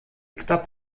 knapp